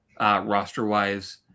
roster-wise